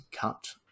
cut